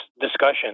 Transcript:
discussion